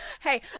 hey